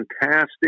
fantastic